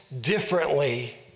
differently